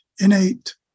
innate